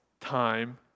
time